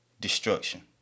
destruction